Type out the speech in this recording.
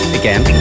again